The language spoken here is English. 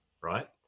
right